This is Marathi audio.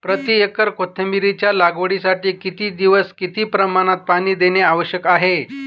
प्रति एकर कोथिंबिरीच्या लागवडीसाठी किती दिवस किती प्रमाणात पाणी देणे आवश्यक आहे?